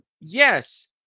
yes